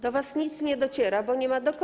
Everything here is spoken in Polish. Do was nic nie dociera, bo nie ma do kogo.